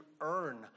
earn